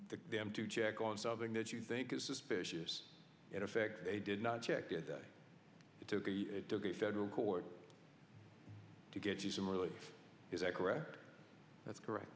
them to check on something that you think is suspicious in effect they did not check that it took the federal court to get you some really is that correct that's correct